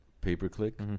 pay-per-click